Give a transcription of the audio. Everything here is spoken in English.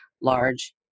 large